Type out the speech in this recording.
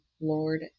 Lord